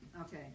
okay